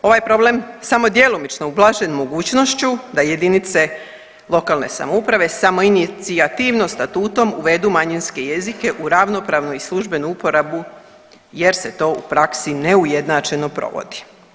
Ovaj problem samo djelomično ublažen mogućnošću da jedinice lokalne samouprave samoinicijativno statutom uvedu manjinske jezike u ravnopravnu i službenu uporabu jer se to u praksi neujednačeno provodi.